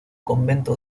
convento